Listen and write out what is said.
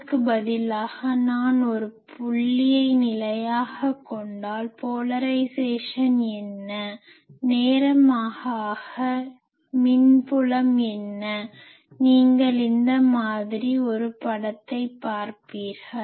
அதற்கு பதிலாக நான் ஒரு புள்ளியை நிலையாகக் கொண்டால் போலரைஸேசன் என்ன நேரம் ஆக ஆக மின்புலம் என்ன நீங்கள் இந்த மாதிரி ஒரு படத்தை பார்ப்பீர்கள்